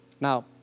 Now